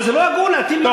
אבל זה לא הגון להטיל מס על